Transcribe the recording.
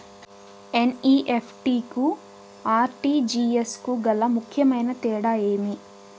NEFT కు RTGS కు గల ముఖ్యమైన తేడా ఏమి?